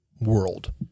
world